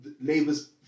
Labour's